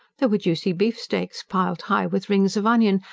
there were juicy beefsteaks piled high with rings of onion,